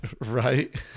Right